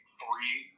three